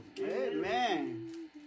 Amen